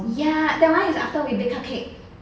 ya that one is after we bake cupcake